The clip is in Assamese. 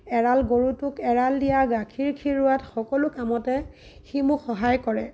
এৰাল গৰুটোক এৰাল দিয়া গাখীৰ খীৰোৱাত সকলো কামতে সি মোক সহায় কৰে